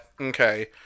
okay